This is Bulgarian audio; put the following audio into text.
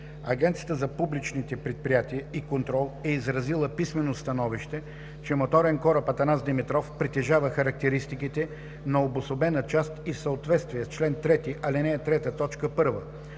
Агенцията за публичните предприятия и контрол е изразила писмено становище, че моторен кораб „Атанас Димитров“ притежава характеристиките на обособена част и в съответствие с чл. 3, ал. 3, т.